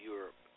Europe